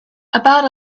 about